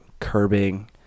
curbing